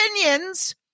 opinions